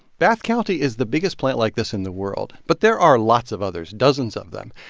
bath county is the biggest plant like this in the world, but there are lots of others, dozens of them.